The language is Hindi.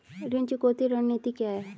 ऋण चुकौती रणनीति क्या है?